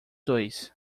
dois